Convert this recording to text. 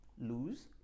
lose